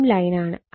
ഇതും ലൈനാണ്